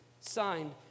Signed